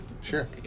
sure